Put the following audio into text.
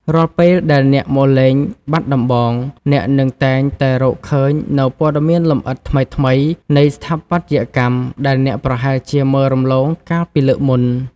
រាល់ពេលដែលអ្នកមកលេងបាត់ដំបង អ្នកនឹងតែងតែរកឃើញនូវព័ត៌មានលម្អិតថ្មីៗនៃស្ថាបត្យកម្មដែលអ្នកប្រហែលជាមើលរំលងកាលពីលើកមុន។